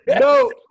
no